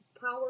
power